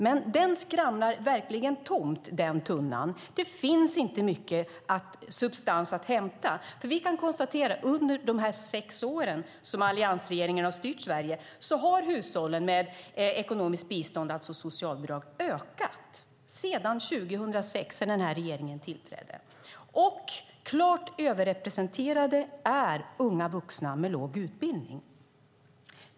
Den tunnan skramlar verkligen tomt; det finns inte mycket substans att hämta. Under de sex år som alliansregeringen har styrt Sverige har antalet hushåll med ekonomiskt bidrag, alltså socialbidrag, ökat. Klart överrepresenterade är unga vuxna med låg utbildning.